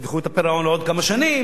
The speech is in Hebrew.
דחו את הפירעון לעוד כמה שנים.